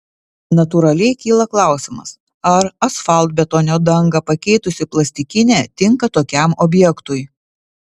natūraliai kyla klausimas ar asfaltbetonio dangą pakeitusi plastikinė tinka tokiam objektui